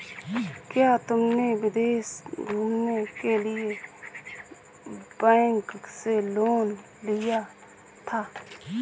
क्या तुमने विदेश घूमने के लिए बैंक से लोन लिया था?